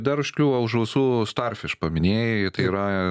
dar užkliūva už ausų star fish tai yra